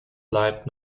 bleibt